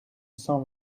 cent